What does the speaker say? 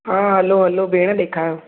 हा hello hello भेण ॾेखारणु